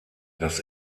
das